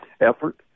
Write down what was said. effort